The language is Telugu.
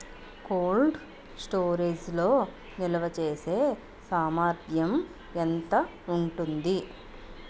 కోల్డ్ స్టోరేజ్ లో నిల్వచేసేసామర్థ్యం ఎంత ఉంటుంది?